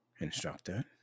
instructor